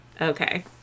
Okay